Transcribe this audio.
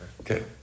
Okay